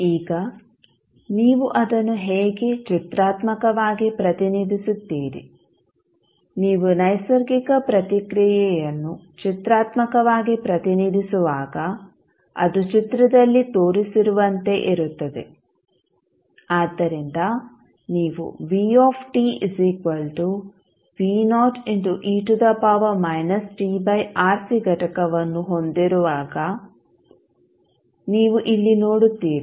ಈಗ ನೀವು ಅದನ್ನು ಹೇಗೆ ಚಿತ್ರಾತ್ಮಕವಾಗಿ ಪ್ರತಿನಿಧಿಸುತ್ತೀರಿ ನೀವು ನೈಸರ್ಗಿಕ ಪ್ರತಿಕ್ರಿಯೆಯನ್ನು ಚಿತ್ರಾತ್ಮಕವಾಗಿ ಪ್ರತಿನಿಧಿಸುವಾಗ ಅದು ಚಿತ್ರದಲ್ಲಿ ತೋರಿಸಿರುವಂತೆ ಇರುತ್ತದೆ ಆದ್ದರಿಂದ ನೀವು ಘಟಕವನ್ನು ಹೊಂದಿರುವಾಗ ನೀವು ಇಲ್ಲಿ ನೋಡುತ್ತೀರಿ